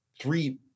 three